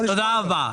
תודה.